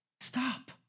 Stop